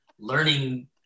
learning